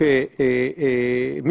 אני